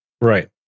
Right